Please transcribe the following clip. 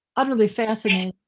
utterly fascinating.